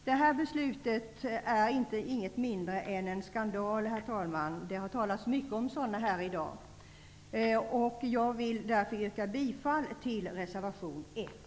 Detta beslut är inget mindre än en skandal, herr talman. Det har talats mycket om sådana här i dag. Jag yrkar därför bifall till reservation 1.